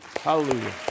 Hallelujah